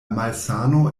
malsano